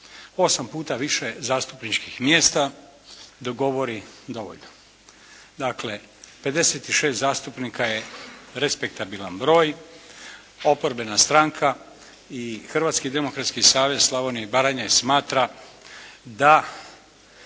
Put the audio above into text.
Osam puta više zastupničkih mjesta govori dovoljno. Dakle, 56 zastupnika je respektabilan broj, oporbena stranka i Hrvatski demokratski savez Slavonije i Baranje smatra da